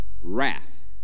Wrath